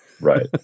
Right